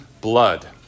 blood